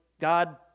God